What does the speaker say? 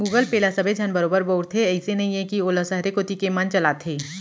Google Pay ल सबे झन बरोबर बउरथे, अइसे नइये कि वोला सहरे कोती के मन चलाथें